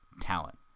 talent